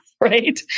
right